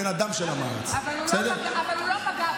אבל שתבינו שאני הייתי בוער,